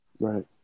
Right